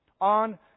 on